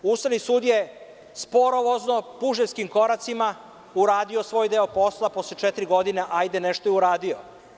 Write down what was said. Ustavni sud je sporovozno, puževskim koracima uradio svoj deo posla posle četiri godine, ali hajde nešto je uradio.